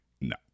no